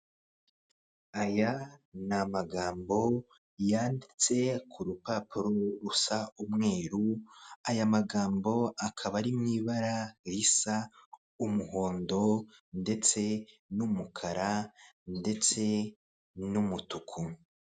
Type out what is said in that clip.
Aya ni amagambo yanditse ku rupapuro rusa umweru aya magambo akaba ari mu ibara risa umuhondo ndetse n'umukara ndetse n'umutuku.